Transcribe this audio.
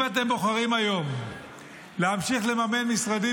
אם אתם בוחרים היום להמשיך לממן משרדים